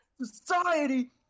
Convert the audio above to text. society